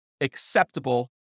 acceptable